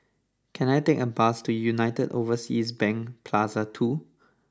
can I take a bus to United Overseas Bank Plaza Two